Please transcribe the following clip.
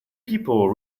people